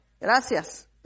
Gracias